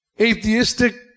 atheistic